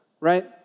right